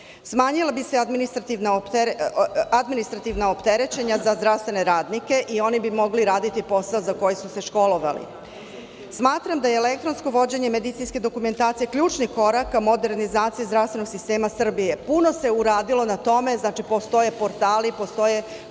smanjila bi se administrativna opterećenja za zdravstvene radnike i oni bi mogli raditi posao za koji su se školovali. Smatram da je elektronsko vođenje medicinske dokumentacije ključni korak ka modernizaciji zdravstvenog sistema Srbije. Puno se uradilo na tome. Postoje portali, postoje